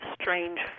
strange